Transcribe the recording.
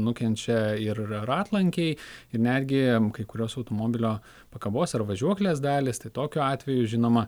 nukenčia ir ratlankiai ir netgi kai kurios automobilio pakabos ar važiuoklės dalys tai tokiu atveju žinoma